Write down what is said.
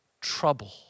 trouble